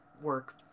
work